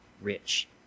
rich